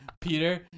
Peter